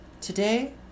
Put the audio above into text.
Today